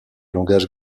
langage